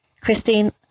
Christine